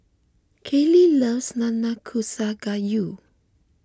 Kailey loves Nanakusa Gayu